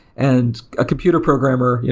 and a computer programmer, yeah